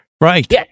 right